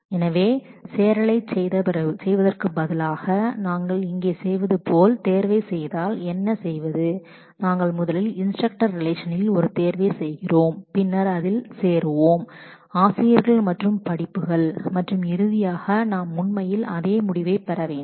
எனவே ஜாயினை செய்வதற்குப் பதிலாக நாங்கள் இங்கே செலக்சனை செய்தால் நாம் முதலில் இன்ஸ்டரக்டர் ரிலேஷனில் ஒரு செலக்சனை செய்கிறோம் பின்னர் அதை ஆசிரியர்கள் என்பதோடு ஜாயின் செய்வோம் பின்னர் ப்ரோஜக்சன் செய்வோம் பின்னர் நமக்கு உண்மையான முடிவு கிடைக்கும்